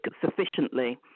sufficiently